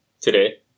today